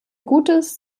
gutes